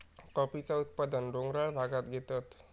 कॉफीचा उत्पादन डोंगराळ भागांत घेतत